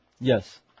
Yes